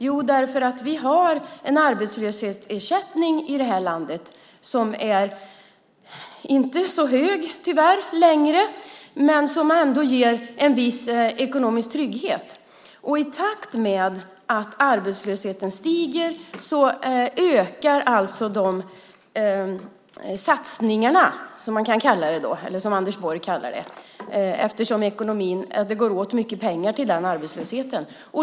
Jo, därför att vi har en arbetslöshetsersättning i det här landet - den är tyvärr inte så hög längre, men den ger ändå en viss ekonomisk trygghet - och i takt med att arbetslösheten stiger ökar de här satsningarna, som Anders Borg kallar dem, eftersom det går åt mycket pengar till den arbetslösheten.